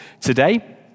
today